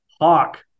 hawk